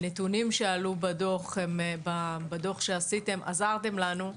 הנתונים שעלו בדוח שעשיתם עזרתם לנו,